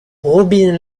robin